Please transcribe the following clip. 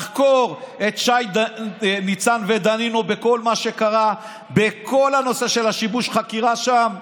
לחקור את שי ניצן ואת דנינו בכל מה שקרה בכל הנושא של שיבוש החקירה שם,